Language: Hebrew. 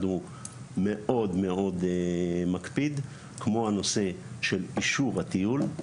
הוא מאוד מאוד מקפיד כמו הנושא של אישור הטיול.